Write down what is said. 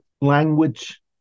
language